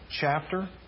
chapter